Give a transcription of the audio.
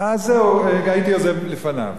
אז זהו, הייתי עוזב לפניו.